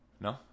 No